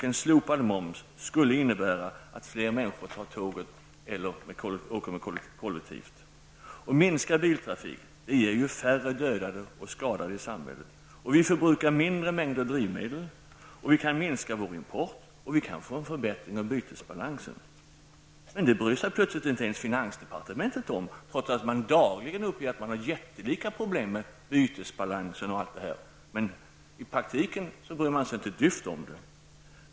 En slopad moms skulle innebära att fler människor tar tåget eller åker kollektivt i övrigt. Minskad biltrafik ger färre dödade och skadade i samhället. Vi förbrukar mindre mängder drivmedel, och vi kan minska vår import och få en förbättring av bytesbalansen. Men det bryr sig plötsligt inte ens finansdepartementet om, trots att man dagligen uppger att man har mycket stora problem med bytesbalansen. I praktiken bryr man sig dock inte ett dyft om det.